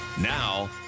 Now